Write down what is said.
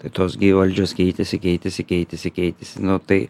tai tos gi valdžios keitėsi keitėsi keitėsi keitėsi nu tai